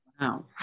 wow